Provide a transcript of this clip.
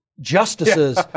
justices